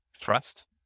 trust